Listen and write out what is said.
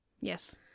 yes